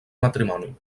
matrimoni